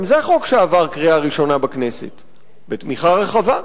גם זה חוק שעבר בקריאה ראשונה בכנסת בתמיכה רחבה.